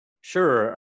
Sure